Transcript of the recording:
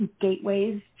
gateways